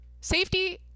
safety